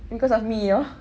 because of me you know